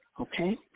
Okay